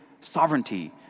sovereignty